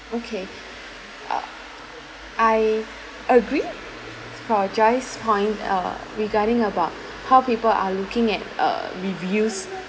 okay uh I agree for joyce's point uh regarding about how people are looking at uh reviews